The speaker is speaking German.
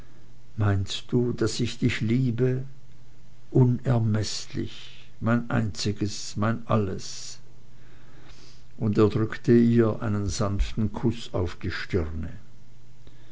meinst du daß ich dich liebe unermeßlich mein einziges mein alles und er drückte ihr einen sanften kuß auf die stirne